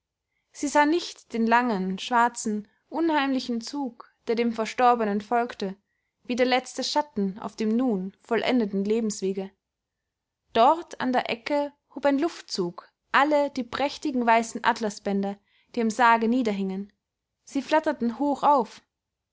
sie sah nicht den langen schwarzen unheimlichen zug der dem verstorbenen folgte wie der letzte schatten auf dem nun vollendeten lebenswege dort an der ecke hob ein luftzug alle die prächtigen weißen atlasbänder die am sarge niederhingen sie flatterten hoch auf